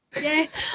Yes